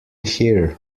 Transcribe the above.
here